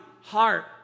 heart